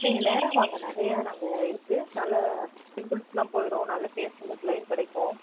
நீங்கள் நேராக வாங்க நிறையா நாங்க இருக்குது நல்ல பிம்பிள்ஸெலாம் போய்விடும் நல்ல ஃபேஸ்க்கு வந்து கிளைம் கிடைக்கும்